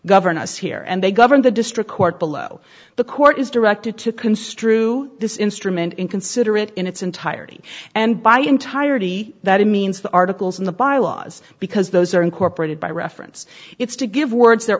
govern us here and they govern the district court below the court is directed to construe this instrument inconsiderate in its entirety and by entirety that means the articles in the bylaws because those are incorporated by reference it's to give words the